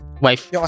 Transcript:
wife